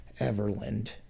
Everland